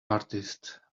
artist